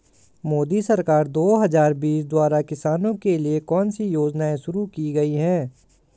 मोदी सरकार दो हज़ार बीस द्वारा किसानों के लिए कौन सी योजनाएं शुरू की गई हैं?